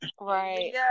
Right